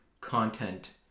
content